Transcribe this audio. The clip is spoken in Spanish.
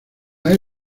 hay